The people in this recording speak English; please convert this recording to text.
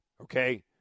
okay